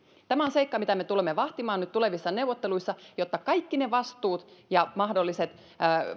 tämä on seikka mitä me tulemme vahtimaan nyt tulevissa neuvotteluissa jotta kaikki ne vastuut ja mahdolliset